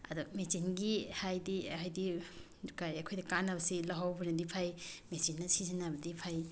ꯑꯗꯣ ꯃꯦꯆꯤꯟꯒꯤ ꯍꯥꯏꯗꯤ ꯍꯥꯏꯗꯤ ꯑꯗꯨꯒ ꯑꯩꯈꯣꯏꯗ ꯀꯥꯟꯅꯕꯁꯤ ꯂꯧꯍꯧꯕꯅꯗꯤ ꯐꯩ ꯃꯦꯆꯤꯟꯅ ꯁꯤꯖꯤꯟꯅꯕꯗꯤ ꯐꯩ